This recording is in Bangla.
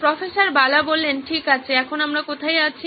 প্রফেসর বালা ঠিক আছে এখন আমরা কোথায় আছি